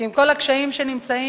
כי עם כל הקשיים של הצעירים,